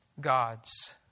gods